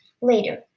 later